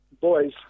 boys